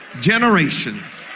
generations